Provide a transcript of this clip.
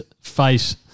face